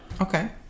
Okay